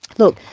look,